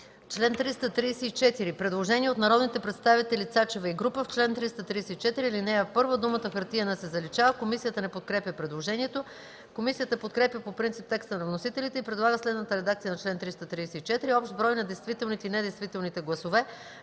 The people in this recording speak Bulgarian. Цецка Цачева и група народни представители: „В чл. 334, ал. 1 думата „хартиена” се заличава.” Комисията не подкрепя предложението. Комисията подкрепя по принцип текста на вносителите и предлага следната редакция на чл. 334: „Общ брой на действителните и недействителните гласове